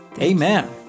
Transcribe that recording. Amen